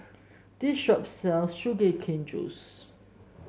this shop sells Sugar Cane Juice